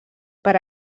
per